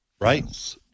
right